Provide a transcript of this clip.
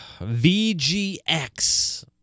VGX